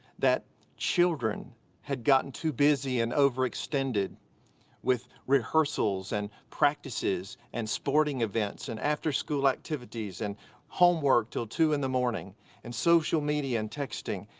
that children had gotten too busy and overextended with rehearsals and practices and sporting events and after school activities and homework til two in the morning and social media and texting,